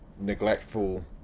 neglectful